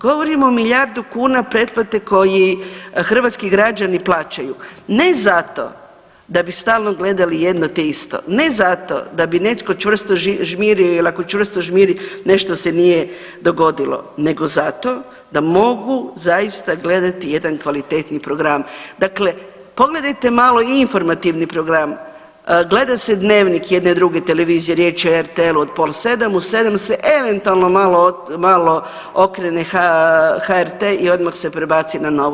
Govorimo o milijardu kuna pretplate koju hrvatski građani plaćaju, ne zato da bi stalno gledati jedno te isto, ne zato da bi netko čvrsto žmirio jer ako čvrsto žmiri nešto se nije dogodilo, nego zato da mogu zaista gledati jedan kvalitetni program, dakle, pogledajte malo i informativni program, gleda se dnevnik jedne druge televizije, riječ je RTL-u od pol sedam, u sedam se eventualno malo okrene HRT i odmah se prebaci na Novu.